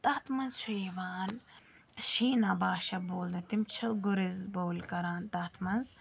تَتھ منٛز چھِ یِوان شیٖنہ باشاہ بولنہٕ تِم چھِ گُرز بوٗلۍ کَران تَتھ منٛز